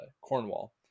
Cornwall